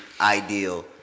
ideal